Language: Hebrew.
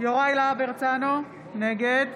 יוראי להב הרצנו, נגד